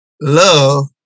Love